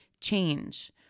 change